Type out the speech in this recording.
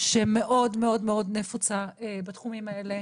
שמאוד מאוד נפוצה בתחומים האלה